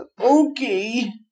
Okay